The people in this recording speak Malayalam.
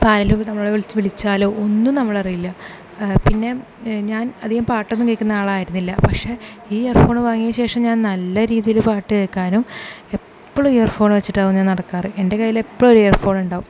ഇപ്പോൾ ആരെങ്കിലുമൊക്കെ നമ്മളെ വിളിച്ചാൽ ഒന്നും നമ്മൾ അറിയില്ല പിന്നെ ഞാൻ അധികം പാട്ടൊന്നും കേൾക്കുന്ന ആളായിരുന്നില്ല പക്ഷേ ഈ ഇയർ ഫോൺ വാങ്ങിയശേഷം ഞാൻ നല്ല രീതിയിൽ പാട്ട് കേൾക്കാനും എപ്പോഴും ഇയർ ഫോൺ വെച്ചിട്ടുണ്ടാകും ഞാൻ നടക്കാറ് എൻ്റെ കയ്യിൽ എപ്പോഴും ഒരു ഇയർ ഫോൺ ഉണ്ടാകും